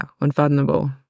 unfathomable